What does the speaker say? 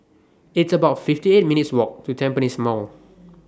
It's about fifty eight minutes Walk to Tampines Mall